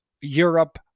Europe